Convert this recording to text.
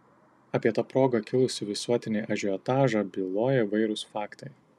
apie ta proga kilusį visuotinį ažiotažą byloja įvairūs faktai